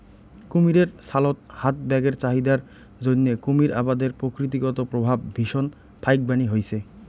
কুমীরের ছালত হাত ব্যাগের চাহিদার জইন্যে কুমীর আবাদের প্রকৃতিগত প্রভাব ভীষণ ফাইকবানী হইচে